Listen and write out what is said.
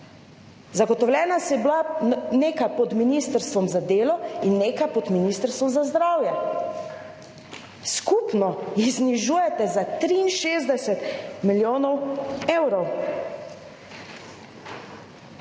Zagotovljena so bila nekaj pod Ministrstvom za delo in nekaj pod Ministrstvom za zdravje, skupno jih znižujete za 63 milijonov evrov.